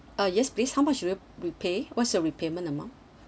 uh yes please how much will you repay what's your repayment amount